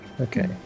Okay